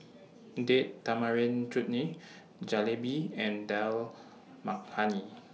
Date Tamarind Chutney Jalebi and Dal Makhani